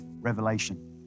Revelation